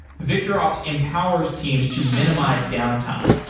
victorops empowers teams to minimize downtime.